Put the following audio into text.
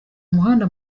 umuhanda